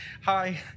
Hi